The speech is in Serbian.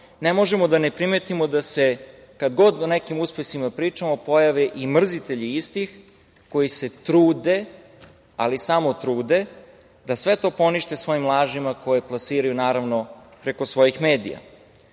ne možemo a da ne primetimo da se, kad god o nekim uspesima pričamo, pojave i mrzitelji istih koji se trude, ali samo trude, da sve to ponište svojim lažima koji plasiraju, naravno, preko svojih medija. Tako